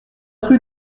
rue